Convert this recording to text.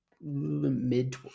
mid